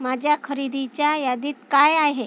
माझ्या खरेदीच्या यादीत काय आहे